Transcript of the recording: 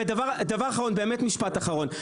ודבר אחרון, באמת משפט אחרון.